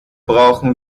brauchen